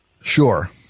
Sure